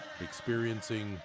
experiencing